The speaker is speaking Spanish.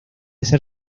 ser